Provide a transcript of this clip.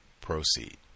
proceed